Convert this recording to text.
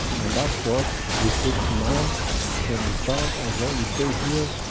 and that's what we put to man to understand, as well we say here,